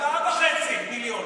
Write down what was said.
4.5 מיליון.